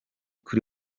kuri